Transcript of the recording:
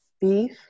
beef